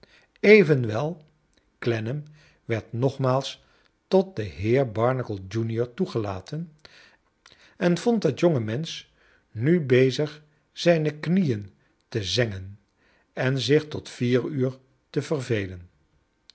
evenwel clennam werd nogmaals tot den heer barnacle junior toegelaten en vond dat jonge mensch nu bezig zijne knieen te zengen en zich tot vier uur te vervelen